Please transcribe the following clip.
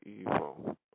evil